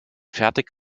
fertig